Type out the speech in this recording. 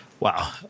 Wow